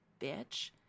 bitch